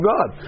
God